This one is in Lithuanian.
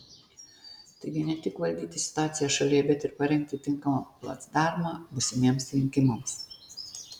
taigi ne tik valdyti situaciją šalyje bet ir parengti tinkamą placdarmą būsimiems rinkimams